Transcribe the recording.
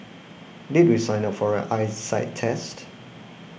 did we sign up for an eyesight test